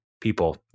people